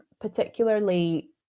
particularly